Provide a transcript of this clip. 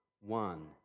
one